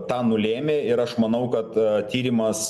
tą nulėmė ir aš manau kad tyrimas